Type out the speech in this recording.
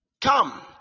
come